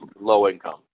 low-income